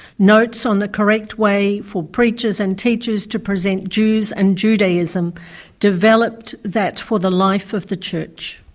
notes on the correct way for preachers and teachers to present jews and judaism developed that for the life of the church.